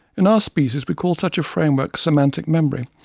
in our species we call such a framework semantic memory.